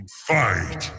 Fight